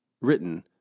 written